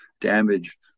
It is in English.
damage